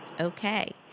Okay